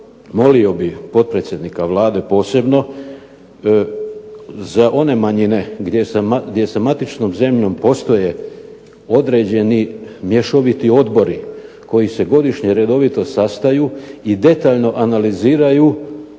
molio bih potpredsjednika Vlade posebno za one manjine gdje sa matičnom zemljom postoje određeni mješoviti odbori koji se godišnje redovito sastaju i detaljno analiziraju